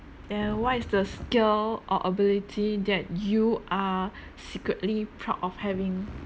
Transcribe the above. then what is the skill or ability that you are secretly proud of having